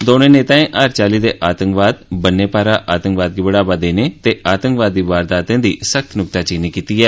दोनें नेतायें हर चाल्ली दे आतंकवाद बन्ने पारा आतंकवाद गी बढ़ावा देने ते आतंकवादी वारदातें दी सख्त न्क्ताचीनी कीती ऐ